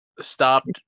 Stopped